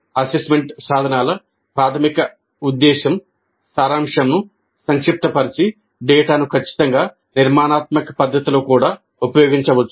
assessment సాధనాల ప్రాధమిక ఉద్దేశ్యంసారాంశం సంక్షిప్త పరచి డేటాను ఖచ్చితంగా నిర్మాణాత్మక పద్ధతిలో కూడా ఉపయోగించవచ్చు